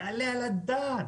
יעלה על הדעת?